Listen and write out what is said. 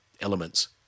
elements